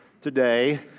today